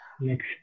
Next